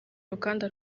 ruganda